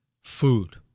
food